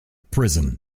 prison